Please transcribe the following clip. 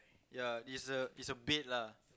ya it's a it's a bait lah